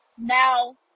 Now